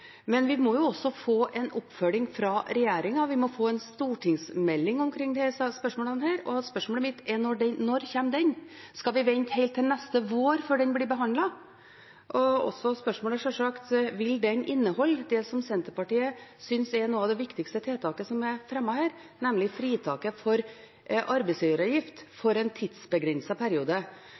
Men vi må jo også få en oppfølging fra regjeringen, vi må få en stortingsmelding om disse spørsmålene. Og spørsmålet mitt er: Når kommer den? Skal vi vente helt til neste vår før den blir behandlet? Spørsmålet er sjølsagt også: Vil den inneholde det Senterpartiet synes er et av de viktigste tiltakene som er fremmet her, nemlig fritak for arbeidsgiveravgift i en tidsbegrenset periode?